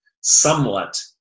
somewhat